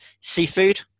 Seafood